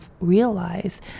realize